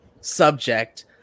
subject